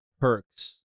perks